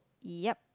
ya